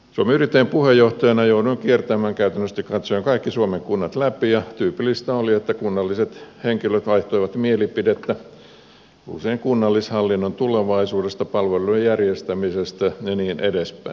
suomen yrittäjien puheenjohtajana jouduin kiertämään läpi käytännöllisesti katsoen kaikki suomen kunnat ja tyypillistä oli että kunnalliset henkilöt vaihtoivat mielipiteitä usein kunnallishallinnon tulevaisuudesta palvelujen järjestämisestä ja niin edespäin